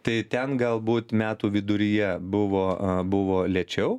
tai ten galbūt metų viduryje buvo buvo lėčiau